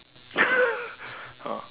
ah